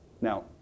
Now